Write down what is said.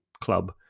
Club